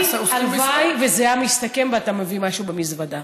הלוואי שזה היה מסתכם באתה מביא משהו במזוודה.